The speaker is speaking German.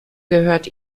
gehört